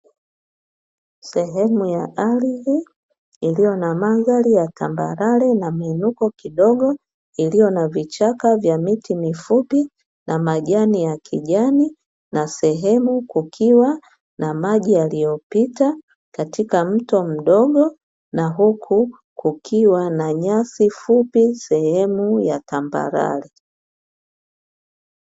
Sehemu ya ardhi iliyo na mandhari ya tambarare na mwinuko kidogo, iliyo na vichaka vya miti mifupi na majani ya kijani, na sehemu kukiwa na maji yaliyopita katika mto mdogo na huku kukiwa na nyasi fupi sehemu ya tambarare.